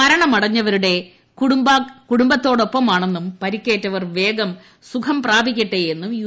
മരണമടഞ്ഞവരുടെ കുടുംബത്തോടൊപ്പമാണെന്നും പരിക്കേറ്റവർ വേഗം സുഖം പ്രാപിക്കട്ടെയെന്നും യു